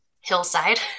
hillside